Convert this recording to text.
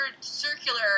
circular